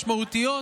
משמעותיות,